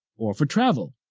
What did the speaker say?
or for travel,